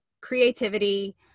creativity